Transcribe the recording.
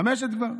חמשת.